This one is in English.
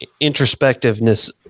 introspectiveness